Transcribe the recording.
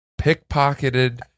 pickpocketed